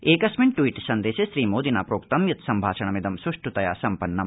एकस्मिन् ट्वीट सन्देशे श्री मोदिना प्रोक्त यत् सम्भाषणमिद सुष्ठतया सम्पन्नम्